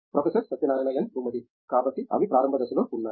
professor Satyanarayana N Gummadi కాబట్టి అవి ప్రారంభ దశలో ఉన్నాయి